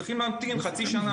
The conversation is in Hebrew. צריכים להמתין חצי שנה,